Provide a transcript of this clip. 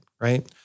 right